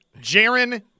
Jaron